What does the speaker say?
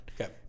Okay